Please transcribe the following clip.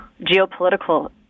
geopolitical